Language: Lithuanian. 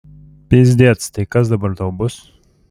pycdėc tai kas dabar tau bus